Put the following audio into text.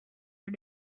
her